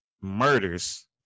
murders